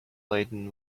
laden